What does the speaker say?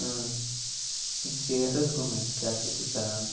ٲں اے ژِیَر حظ گوٚو مےٚ کیاہ چھُو تُہی کَران